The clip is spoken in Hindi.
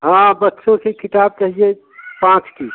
हाँ बच्चों की किताब चाहिए पाँच की